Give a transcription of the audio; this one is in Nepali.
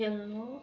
खेल्नु